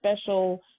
special